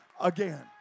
again